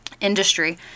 industry